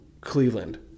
Cleveland